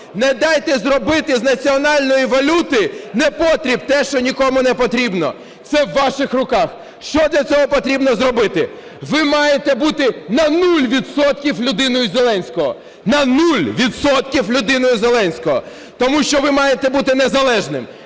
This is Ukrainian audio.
Не дайте зробити з національної валюти непотріб, те, що нікому непотрібно. Це в ваших руках. Що для цього потрібно зробити? Ви маєте бути на нуль відсотків людиною Зеленського! На нуль відсотків людиною Зеленського. Тому що ви маєте бути незалежним.